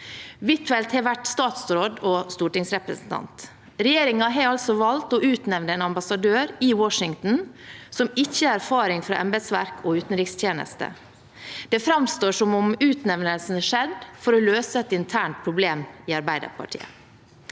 Huitfeldt har vært statsråd og stortingsrepresentant. Regjeringen har altså valgt å utnevne en ambassadør i Washington som ikke har erfaring fra embetsverk og utenrikstjeneste. Det framstår som om utnevnelsen har skjedd for å løse et internt problem i Arbeiderpartiet.